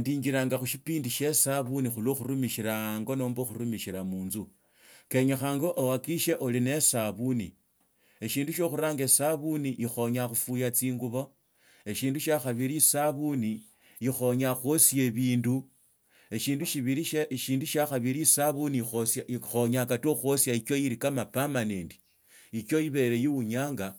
Ndiinjiranya khushibindi shia esabuni khulwa khurumishilo ango nomba khurumishila munzu kenyakhanga ohakikishie oline esabuni, eshindu shiokhuranga esabuni ikhonyaa khufuya tsinguba eshindu shia khabili esabuni ikhonyaa khuasia ebindu eshindu shindi shiakhabili, esabuni ikhonyanga kata khuosia echo ili kama permanent lehoo ibere lunyanya